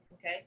okay